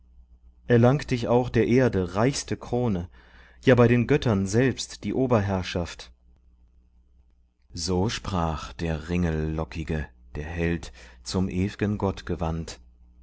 erlangt ich auch der erde reichste krone ja bei den göttern selbst die oberherrschaft so sprach der ringellockige der held zum ew'gen gott gewandt